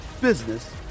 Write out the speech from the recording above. business